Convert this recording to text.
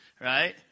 right